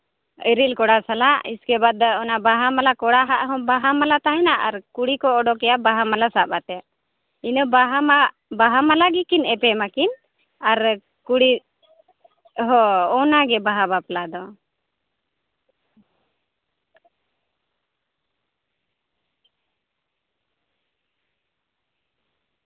ᱮᱨᱮᱹᱞ ᱠᱚᱲᱟ ᱥᱟᱞᱟᱜ ᱤᱥᱠᱮ ᱵᱟᱫ ᱚᱱᱟ ᱵᱟᱦᱟ ᱢᱟᱞᱟ ᱠᱚᱲᱟ ᱦᱟᱜ ᱦᱚᱸ ᱵᱟᱦᱟ ᱢᱟᱞᱟ ᱛᱟᱦᱮᱱᱟ ᱟᱨ ᱠᱩᱲᱤ ᱠᱚ ᱚᱰᱚᱠᱮᱭᱟ ᱵᱟᱦᱟ ᱢᱟᱞᱟ ᱥᱟᱵ ᱟᱛᱮᱫ ᱤᱱᱟᱹ ᱵᱟᱦᱟ ᱢᱟᱞᱟ ᱵᱟᱦᱟ ᱢᱟᱞᱟ ᱜᱮᱠᱤᱱ ᱮᱯᱮᱢᱟᱠᱤᱱ ᱟᱨ ᱠᱩᱲᱤ ᱦᱚᱸ ᱚᱱᱟ ᱜᱮ ᱵᱟᱦᱟ ᱵᱟᱯᱞᱟ ᱫᱚ